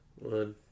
One